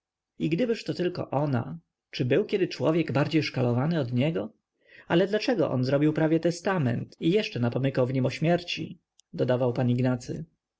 i gdybyż to tylko ona czy był kiedy człowiek bardziej szkalowany od niego ale dlaczego on zrobił prawie testament i jeszcze napomykał w nim o śmierci dodawał pan ignacy